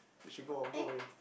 they should go go away